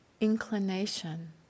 inclination